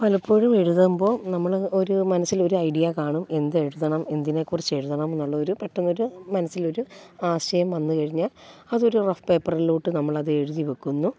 പലപ്പോഴും എഴുതുമ്പോൾ നമ്മൾ ഒരു മനസ്സിലൊരു ഐഡിയ കാണും എന്തെഴുതണം എന്തിനെക്കുറിച്ചെഴുതണം എന്നുള്ളൊരു പെട്ടെന്നൊരു മനസ്സിലൊരു ആശയം വന്നു കഴിഞ്ഞാൽ അതൊരു റഫ് പേപ്പറിലോട്ടു നമ്മളത് എഴുതിവെക്കുന്നു